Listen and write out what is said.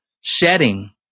Shedding